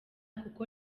kuko